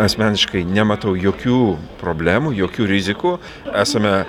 asmeniškai nematau jokių problemų jokių rizikų esame